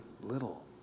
little